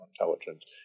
Intelligence